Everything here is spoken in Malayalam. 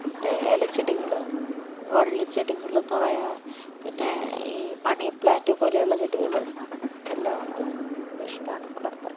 മറ്റേ ഇലച്ചെടികൾ വള്ളിച്ചെടികൾ നിറയെ പിന്നെ ഈ മണിപ്ലാന്റ് പോലെയുള്ള ചെടികൾ ഇതെല്ലാമുണ്ട് ഇഷ്ടമാണ് വളർത്താൻ